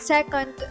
Second